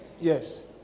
Yes